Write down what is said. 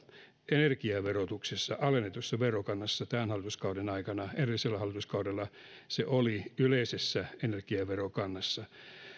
energiaverotuksessa alennetussa verokannassa tämän hallituskauden aikana edellisellä hallituskaudella se oli yleisessä energiaverokannassa